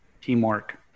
teamwork